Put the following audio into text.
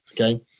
Okay